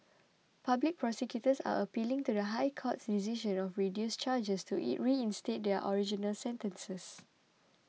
public prosecutors are appealing to the High Court's decision of reduced charges to in reinstate their original sentences